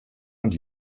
und